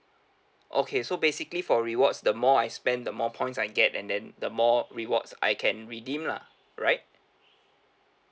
okay so basically for rewards the more I spend the more points I get and then the more rewards I can redeem lah right